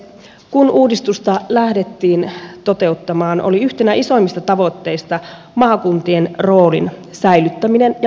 kun uudistusta lähdettiin toteuttamaan oli yhtenä isoimmista tavoitteista maakuntien roolin säilyttäminen ja vahvistaminen